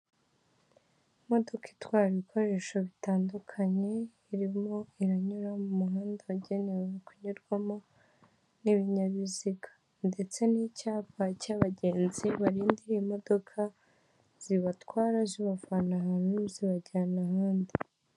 Imodoka itwara ibikoresho bitandukanye irimo iranyura mu muhanda wagenewe kunyurwamo n'ibinyabiziga ndetse n'icyapa cy'abagenzi barindiriye imodoka zibatwa zibavana ahantu zibajyana ahandi.